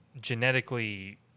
genetically